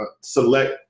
select